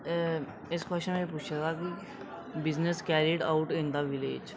इस क्वश्चन च पुच्छे दा कि business carried out in the village